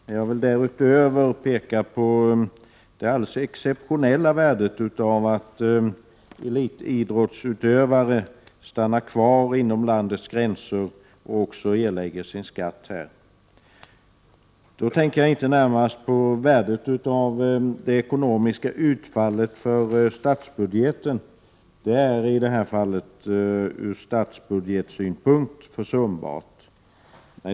Därutöver vill jag peka på det alldeles exceptionella värdet av att elitidrottsutövare stannar kvar inom landets gränser och också erlägger sin skatt här. Jag tänker då inte närmast på värdet av det ekonomiska utfallet för statsbudgeten, vilket från statsbudgetsynpunkt är försumbart.